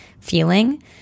feeling